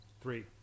three